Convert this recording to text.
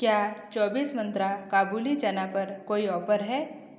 क्या चौबीस मंत्रा काबुली चना पर कोई ऑपर है